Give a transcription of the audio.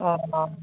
अह अह